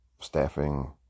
staffing